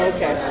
Okay